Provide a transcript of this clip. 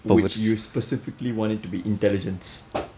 which you specifically wanted to be intelligence